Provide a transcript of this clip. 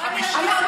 אני מקבלת סמ"סים,